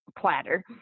platter